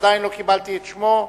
שעדיין לא קיבלתי את שמו.